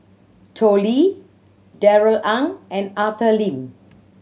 Tao Li Darrell Ang and Arthur Lim